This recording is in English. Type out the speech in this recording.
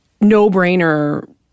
no-brainer